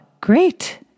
great